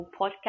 Podcast